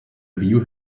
view